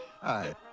Hi